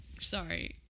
sorry